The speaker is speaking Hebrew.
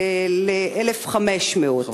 ל-1,500 שקל.